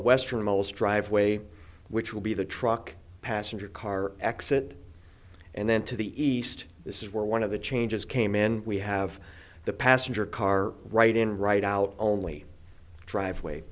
the western mills driveway which will be the truck passenger car exit and then to the east this is where one of the changes came in we have the passenger car right in right out only driveway